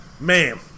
Ma'am